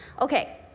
Okay